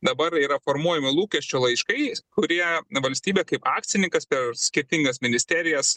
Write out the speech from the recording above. dabar yra formuojami lūkesčių laiškai kurie na valstybė kaip akcininkas per skirtingas ministerijas